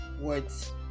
words